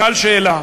שאלת שאלה,